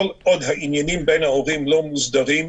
כל עוד העניינים בין ההורים לא מוסדרים,